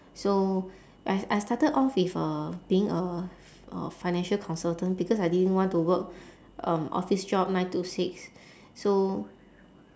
so I I started off with uh being a a financial consultant because I didn't want to work um office job nine to six so